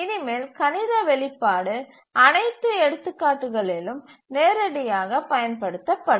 இனிமேல் கணித வெளிப்பாடு அனைத்து எடுத்துக்காட்டுகளிலும் நேரடியாகப் பயன்படுத்தப்படும்